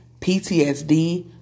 PTSD